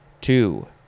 Two